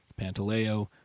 Pantaleo